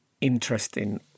interesting